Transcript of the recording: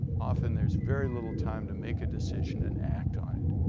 often there's very little time to make a decision and act on it.